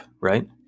right